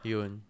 Yun